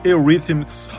Eurythmics